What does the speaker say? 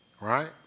Right